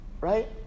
Right